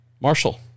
Marshall